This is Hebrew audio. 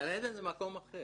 גן עדן זה מקום אחר.